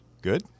good